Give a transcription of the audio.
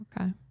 Okay